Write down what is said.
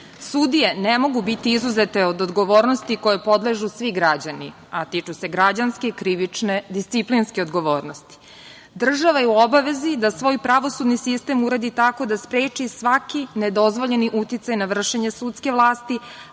Sudije ne mogu biti izuzete od odgovornosti kojoj podležu svi građani, a tiču se građanske, krivične, disciplinske odgovornosti. Država je u obavezi da svoj pravosudni sistem uredi tako da spreči svaki nedozvoljeni uticaj na vršenje sudske vlasti,